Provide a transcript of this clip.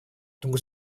tunggu